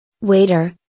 Waiter